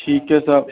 ठीक है साहब